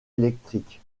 électriques